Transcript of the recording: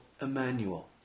Emmanuel